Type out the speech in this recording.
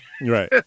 right